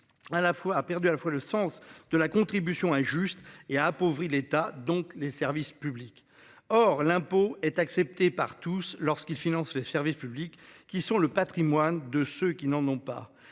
a perdu à la fois le sens de la contribution injuste et a appauvrit l'État donc les services publics. Or l'impôt est acceptée par tous, lorsqu'ils financent les services publics qui sont le Patrimoine de ceux qui n'en ont pas